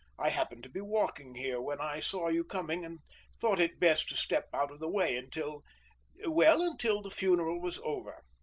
i happened to be walking here when i saw you coming, and thought it best to step out of the way until well, until the funeral was over.